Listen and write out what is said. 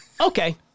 okay